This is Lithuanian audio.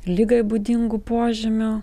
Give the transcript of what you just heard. ligai būdingų požymių